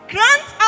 Grant